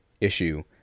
issue